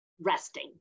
resting